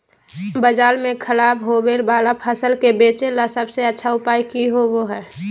बाजार में खराब होबे वाला फसल के बेचे ला सबसे अच्छा उपाय की होबो हइ?